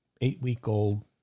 eight-week-old